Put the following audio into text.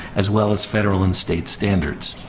as well as federal and state standards.